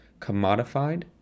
commodified